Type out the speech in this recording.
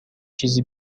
چیزی